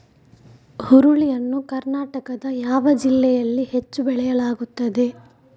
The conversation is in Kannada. ಹುರುಳಿ ಯನ್ನು ಕರ್ನಾಟಕದ ಯಾವ ಜಿಲ್ಲೆಯಲ್ಲಿ ಹೆಚ್ಚು ಬೆಳೆಯಲಾಗುತ್ತದೆ?